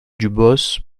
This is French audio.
dubos